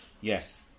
Yes